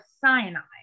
cyanide